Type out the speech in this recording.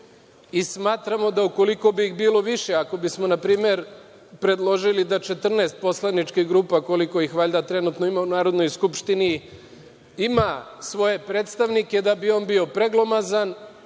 i smatramo da ukoliko bi bilo više, ako bismo npr. predložili da 14 poslaničkih grupa, koliko ih valjda trenutno ima Narodnoj skupštini, ima svoje predstavnike, da bi on bio preglomazan,